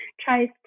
tries